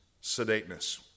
sedateness